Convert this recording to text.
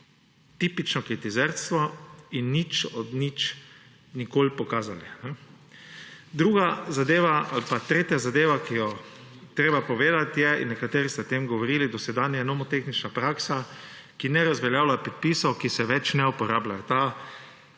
Tipično kritizerstvo in nič od niča nikoli pokazali. Druga zadeva ali pa tretja zadeva, ki jo je treba povedati, je, in nekateri ste o tem govorili, dosedanja nomotehnična praksa, ki ne razveljavlja predpisov, ki se več ne uporabljajo. Ta